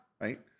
Right